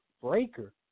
breaker